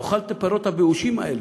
נאכל את הפירות הבאושים האלה.